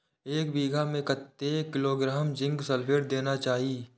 एक बिघा में कतेक किलोग्राम जिंक सल्फेट देना चाही?